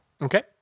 Okay